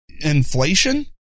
inflation